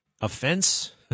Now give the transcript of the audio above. offense